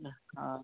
हाँ